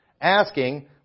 Asking